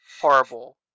Horrible